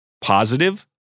positive